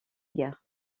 guerre